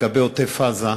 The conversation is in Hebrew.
לגבי עוטף-עזה,